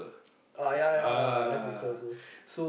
uh ya ya ya I like poker also